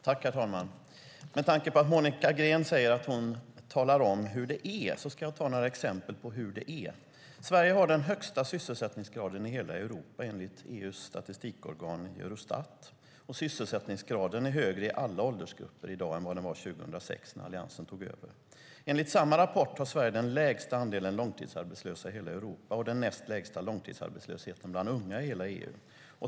Herr talman! Med tanke på att Monica Green säger att hon talar om hur det är ska jag ta några exempel på hur det är. Sverige har den högsta sysselsättningsgraden i hela Europa, enligt EU:s statistikorgan Eurostat, och sysselsättningsgraden är högre i alla åldersgrupper i dag än vad den var 2006 när Alliansen tog över. Enligt samma rapport har Sverige den lägsta andelen långtidsarbetslösa i hela Europa och den näst lägsta långtidsarbetslösheten bland unga i hela EU.